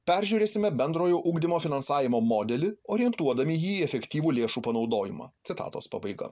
peržiūrėsime bendrojo ugdymo finansavimo modelį orientuodami jį į efektyvų lėšų panaudojimą citatos pabaiga